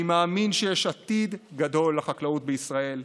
אני מאמין שיש עתיד גדול לחקלאות בישראל,